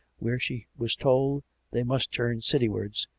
where she was told they must turn city wards,